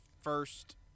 first